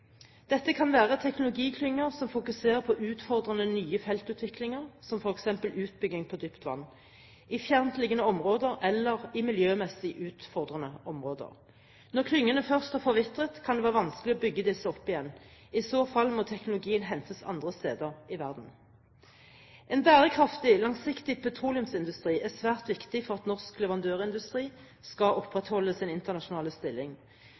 Dette kan være teknologiklynger som fokuserer på utfordrende nye feltutviklinger, som f.eks. utbygging på dypt vann, i fjerntliggende områder eller i miljømessig utfordrende områder. Når klyngene først har forvitret, kan det være vanskelig å bygge disse opp igjen. I så fall må teknologien hentes andre steder i verden. En bærekraftig, langsiktig petroleumsindustri er svært viktig for at norsk leverandørindustri skal opprettholde sin internasjonale stilling.